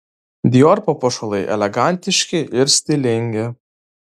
dior papuošalai elegantiški ir stilingi